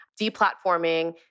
deplatforming